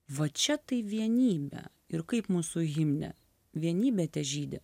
va čia tai vienybė ir kaip mūsų himne vienybė težydi